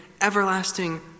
everlasting